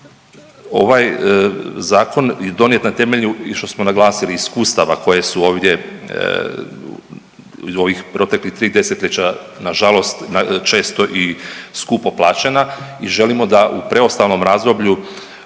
Ovaj zakon je donijet na temelju i što smo naglasili iskustava koje su ovdje u ovih proteklih tri desetljeća na žalost često i skupo plaćena i želimo da u preostalom razdoblju